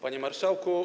Panie Marszałku!